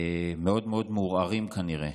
מאוד מאוד מעורערים, כנראה.